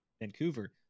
Vancouver